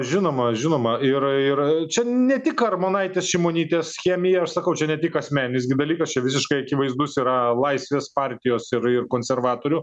žinoma žinoma ir ir čia ne tik armonaitės šimonytės chemija aš sakau čia ne tik asmeninis gi dalykas čia visiškai akivaizdus yra laisvės partijos ir ir konservatorių